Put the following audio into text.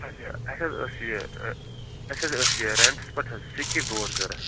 اَچھا اَسہِ حظ ٲس یہِ اَسہِ حظ ٲس یہِ رینٹس پٮ۪ٹھ حظ سِکی بوٚرڈ ضروٗرت